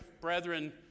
brethren